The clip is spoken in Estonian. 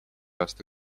aasta